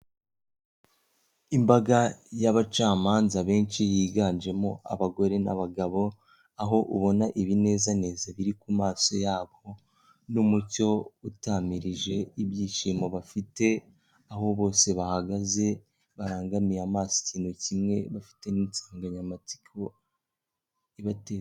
Imbaga y'abacamanza benshi yiganjemo abagore n'abagabo aho ubona ibinezaneza biri ku maso yabo n'umucyo utamirije ibyishimo bafite aho bose bahagaze barangamiye amaso ikintu kimwe bafite n'insanganyamatsiko ibate.